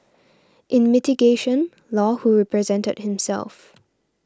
in mitigation Law who represented himself